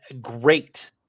great